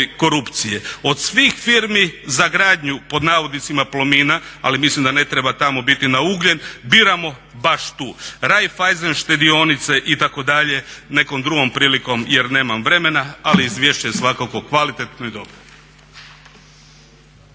korupcije. Od svih firmi za gradnju pod navodnicima Plomina, ali mislim da ne treba tamo biti na ugljen biramo baš tu. Raiffeisen štedionice itd. nekom drugom prilikom jer nemam vremena. Ali izvješće je svakako kvalitetno i dobro.